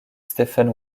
stephen